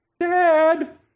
Dad